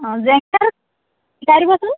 অঁ জেং পিঠাটো শিকাই দিবচোন